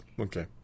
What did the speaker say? Okay